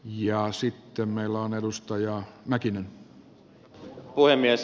ja sitten meillä on edustaja arvoisa puhemies